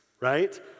right